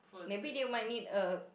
maybe they might need a